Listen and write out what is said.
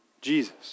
Jesus